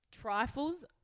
Trifles